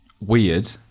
weird